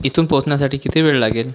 इथून पोचण्यासाठी किती वेळ लागेल